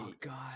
god